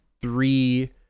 three